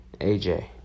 AJ